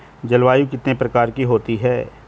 जलवायु कितने प्रकार की होती हैं?